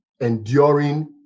enduring